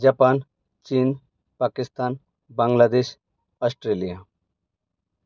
Japan चीन Pakistan Bangladesh Australia